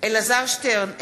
אלעזר שטרן,